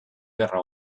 gerra